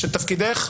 תפקידך.